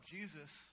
Jesus